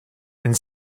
and